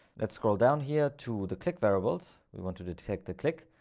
let's scroll down here to the click variables, we want to detect the click.